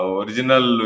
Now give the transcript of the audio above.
original